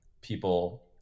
people